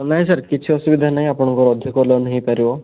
ନାହିଁ ସାର୍ କିଛି ଅସୁବିଧା ନାହିଁ ଆପଣଙ୍କର ଅଧିକ ଲୋନ ହେଇପାରିବ